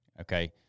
Okay